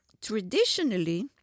traditionally